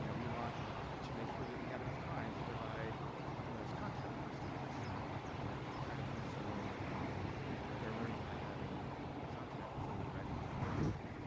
you know we want to make sure that we have enough time to provide the most content for students, and you know try to enhance their learning their learning by having the content fully ready before it's open.